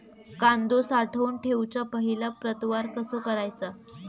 कांदो साठवून ठेवुच्या पहिला प्रतवार कसो करायचा?